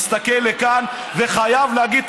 מסתכל לכאן וחייב להגיד,